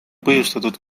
põhjustatud